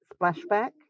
splashback